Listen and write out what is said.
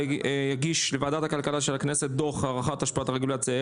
יגיש לוועדת הכלכלה של הכנסת דו"ח הערכת השפעת הרגולציה,